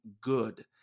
good